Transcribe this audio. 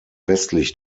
westlich